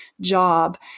job